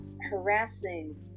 harassing